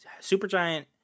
Supergiant